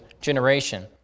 generation